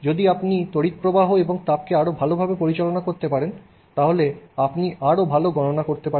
যদি আপনি তড়িৎপ্রবাহ এবং তাপকে আরও ভালভাবে পরিচালনা করতে পারেন তাহলে আপনি আরও ভাল গণনা করতে পারবেন